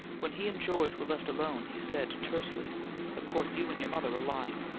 when he and george were left alone he said tersely of course you and your mother are lying.